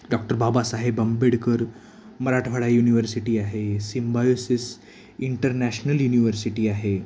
doctor Babasaheb Ambedkar Marathwada university आहे Symbiosis international university आहे